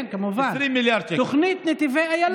כן, כמובן, תוכנית נתיבי איילון.